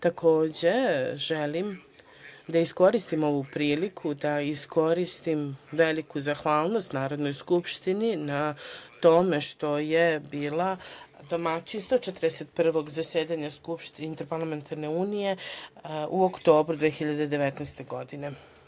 Takođe želim da iskoristim ovu priliku da izrazim veliku zahvalnost Narodnoj skupštini na tome što je bila domaćin 141. zasedanja Interparlamentarne unije u oktobru 2019. godine.